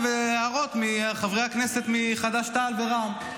והערות מחברי הכנסת מחד"ש-תע"ל ורע"מ.